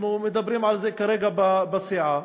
אנחנו מדברים על זה כרגע בסיעה,